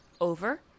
over